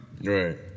Right